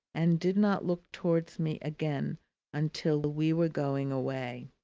and did not look towards me again until we were going away.